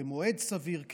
במועד סביר,